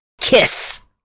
kiss